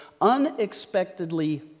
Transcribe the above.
unexpectedly